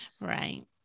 Right